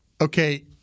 Okay